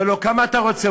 אומר לו: כמה אתה רוצה?